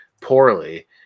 poorly